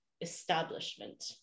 establishment